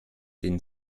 den